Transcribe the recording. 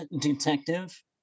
detective